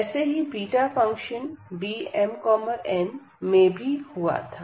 ऐसा ही beta function Bmn में भी हुआ था